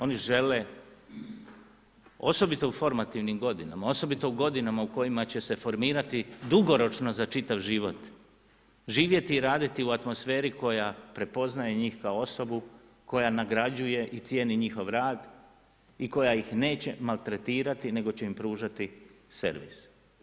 Oni žele, osobito u formativnim godinama, osobito u godinama u kojima će se formirati dugoročno za čitav život, živjeti i raditi u atmosferi koja prepoznaje njih kao osobu, koja nagrađuje i cijeni njihov rad i koja ih neće maltretirati, nego će im pružati servis.